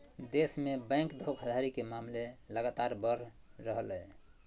देश में बैंक धोखाधड़ी के मामले लगातार बढ़ रहलय